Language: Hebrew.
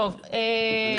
טוב, בבקשה.